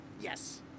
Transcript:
yes